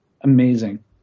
amazing